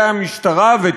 וטוב שכך,